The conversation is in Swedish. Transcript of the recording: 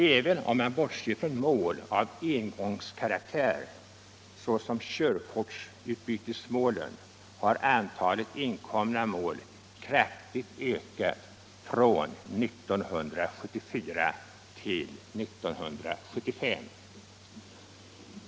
Även om man bortser från mål av engångskaraktär, såsom körkortsutbytesmålen, har antalet inkomna mål kraftigt ökat från 1974 till 1975.